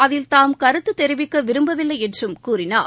அதில் தாம் கருத்து தெரிவிக்க விரும்பவில்லை என்றும் கூறினார்